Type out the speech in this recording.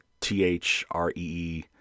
T-H-R-E-E